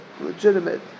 legitimate